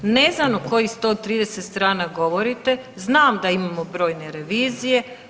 Ne znam o kojih 130 strana govorite, znam da imamo brojne revizije.